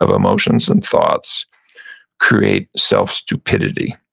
of emotions and thoughts create self-stupidity.